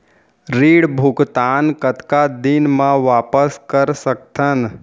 ऋण भुगतान कतका दिन म वापस कर सकथन?